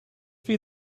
feed